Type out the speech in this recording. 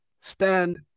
stand